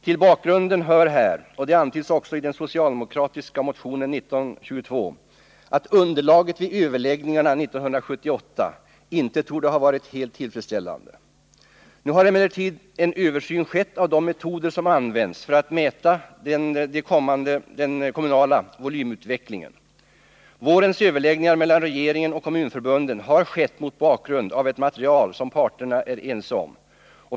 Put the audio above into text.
Till bakgrunden hör här — och det antyds också i den socialdemokratiska motionen 1922 — att underlaget vid överläggningarna 1978 inte torde ha varit helt tillfredsställande. Nu har emellertid en översyn skett av de metoder som använts för att mäta den kommunala volymutvecklingen. Vårens överläggningar mellan regeringen och kommunförbunden har skett mot bakgrund av ett material som parterna är ense om.